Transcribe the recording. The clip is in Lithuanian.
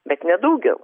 bet ne daugiau